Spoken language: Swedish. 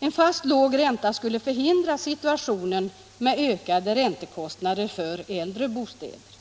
En fast låg ränta skulle förhindra situationen med ökade räntekostnader för äldre bostäder.